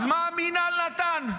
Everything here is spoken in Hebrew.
אז מה המינהל נתן?